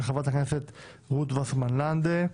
של חברת הכנסת רות וסרמן לנדה.